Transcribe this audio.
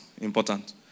important